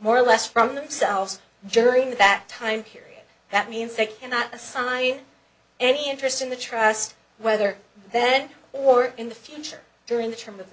more or less from themselves during that time period that means they cannot assign any interest in the trust whether then or in the future during the term of